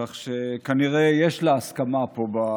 כך שכנראה יש לה הסכמה פה.